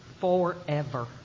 forever